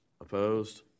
Opposed